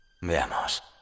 Veamos